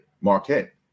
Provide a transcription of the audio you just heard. Marquette